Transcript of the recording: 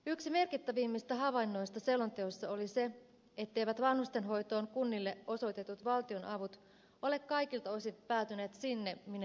yksi merkittävimmistä havainnoista selonteossa oli se etteivät vanhustenhoitoon kunnille osoitetut valtionavut ole kaikilta osin päätyneet sinne minne ne on tarkoitettu